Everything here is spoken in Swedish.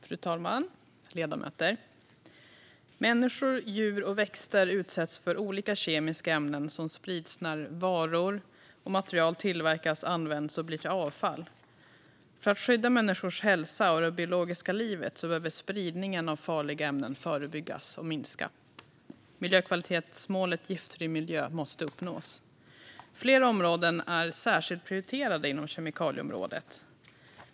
Fru talman och ledamöter! Människor, djur och växter utsätts för olika kemiska ämnen som sprids när varor och material tillverkas, används och blir till avfall. För att skydda människors hälsa och det biologiska livet behöver spridningen av farliga ämnen förebyggas och minska. Miljökvalitetsmålet Giftfri miljö måste uppnås. Flera områden är särskilt prioriterade på kemikalieområdet.